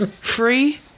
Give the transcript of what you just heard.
Free